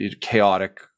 chaotic